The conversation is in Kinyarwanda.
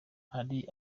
hari